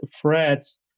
threads